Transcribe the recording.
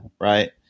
right